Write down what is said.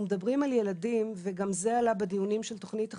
גם זה עלה בדיונים של תוכנית החירום,